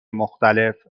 مختلف